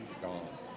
gone